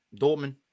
Dortmund